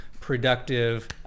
productive